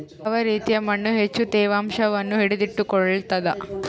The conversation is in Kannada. ಯಾವ ರೇತಿಯ ಮಣ್ಣು ಹೆಚ್ಚು ತೇವಾಂಶವನ್ನು ಹಿಡಿದಿಟ್ಟುಕೊಳ್ತದ?